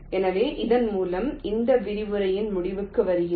எனவே இதன் மூலம் இந்த விரிவுரையின் முடிவுக்கு வருகிறோம்